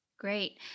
Great